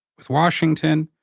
with washington,